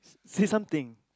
say something